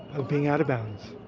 of being out of bounds.